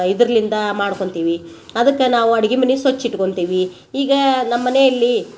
ಇದರ್ಲಿಂದ ಮಾಡ್ಕೊಳ್ತೀವಿ ಅದಕ್ಕೆ ನಾವು ಅಡ್ಗಿ ಮನೆ ಸ್ವಚ್ಛ ಇಟ್ಕೊಳ್ತೀವಿ ಈಗ ನಮ್ಮ ಮನೆಯಲ್ಲಿ